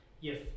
Yes